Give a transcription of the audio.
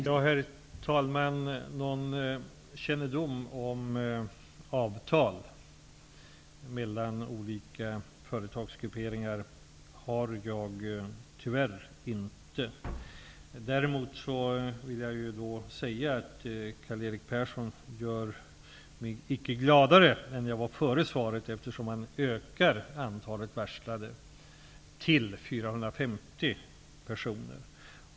Herr talman! Någon kännedom om avtal mellan olika företagsgrupperingar har jag tyvärr inte. Sedan vill jag säga att Karl-Erik Perssons uttalanden här icke gör mig gladare än jag var innan jag lämnade svaret. Han talar ju om en ökning av antalet varslade till 450 personer.